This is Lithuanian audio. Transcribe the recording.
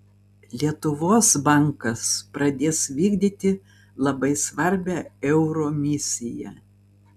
lietuvos bankas pradės vykdyti labai svarbią euro misiją